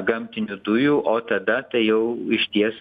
gamtinių dujų o tada tai jau išties